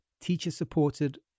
teacher-supported